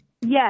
Yes